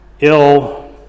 ill